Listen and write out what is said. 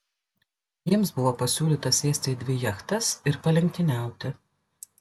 jiems buvo pasiūlyta sėsti į dvi jachtas ir palenktyniauti